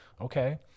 Okay